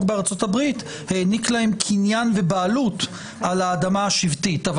בארצות-הברית העניק להם קניין ובעלות על האדמה השבטית -- הפוך.